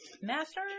master